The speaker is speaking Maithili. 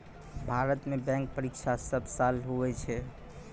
भारत मे बैंक परीक्षा सब साल हुवै छै